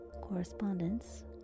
Correspondence